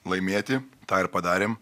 laimėti tą ir padarėm